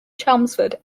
chelmsford